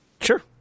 Sure